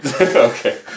Okay